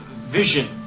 vision